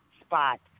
spot